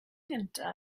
gyntaf